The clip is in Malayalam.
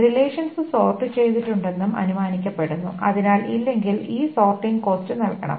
റിലേഷൻസ് സോർട് ചെയ്തിട്ടുണ്ടെന്നും അനുമാനിക്കപ്പെടുന്നു അതിനാൽ ഇല്ലെങ്കിൽ ഈ സോർട്ടിംഗ് കോസ്റ്റ് നൽകണം